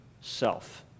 self